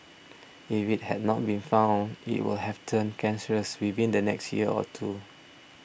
if it had not been found it would have turned cancerous within the next year or two